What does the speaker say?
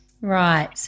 right